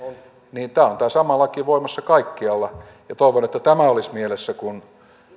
niin tämä sama laki on voimassa kaikkialla ja toivon että tämä olisi mielessä kun